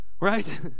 Right